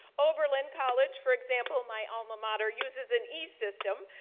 oberlin college, for example, my alma mater, uses an e system.